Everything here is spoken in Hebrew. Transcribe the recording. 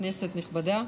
כנסת נכבדה,